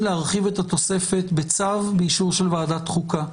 להרחיב את התוספת בצו באישור של ועדת החוקה,